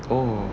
oh